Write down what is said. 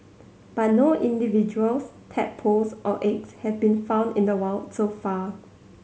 but no individuals tadpoles or eggs have been found in the wild so far